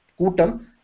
Kutam